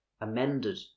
amended